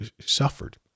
suffered